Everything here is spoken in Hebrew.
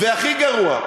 והכי גרוע,